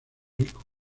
rico